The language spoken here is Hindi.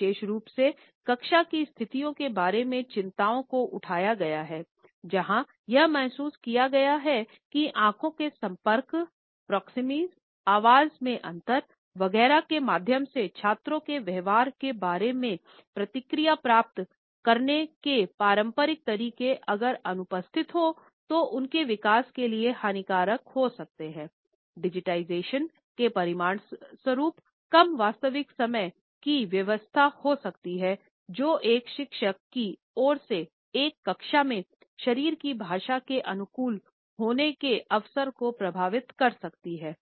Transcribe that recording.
विशेष रूप से कक्षा की स्थितियों के बारे में चिंताओं को उठाया गया है जहां यह महसूस किया गया था कि आंखों के संपर्क प्रोक्सेमिक्स के परिणामस्वरूप कम वास्तविक समय की व्यस्तता हो सकती है जो एक शिक्षक की ओर से एक कक्षा में शरीर की भाषा के अनुकूल होने के अवसर को प्रभावित कर सकती है